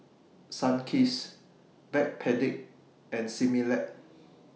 Sunkist Backpedic and Similac